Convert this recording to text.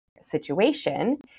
situation